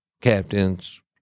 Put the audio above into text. captains